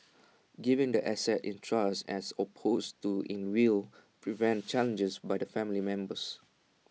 giving the assets in trust as opposed to in will prevents challenges by the family members